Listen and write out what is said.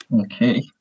Okay